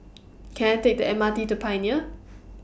Can I Take The M R T to Pioneer